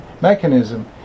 mechanism